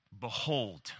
Behold